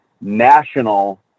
national